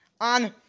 On